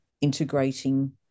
integrating